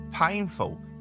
painful